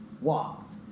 walked